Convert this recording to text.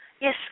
Yes